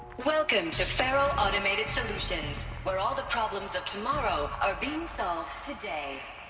welcome to faro automated solutions. where all the problems of tomorrow, are being solved today.